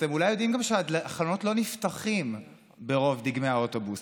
אתם אולי יודעים גם שהחלונות לא נפתחים ברוב דגמי האוטובוס.